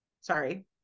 sorry